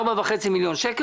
יש סכום של 4.5 מיליון שקלים,